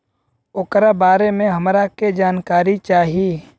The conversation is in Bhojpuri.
ओकरा बारे मे हमरा के जानकारी चाही?